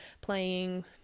playing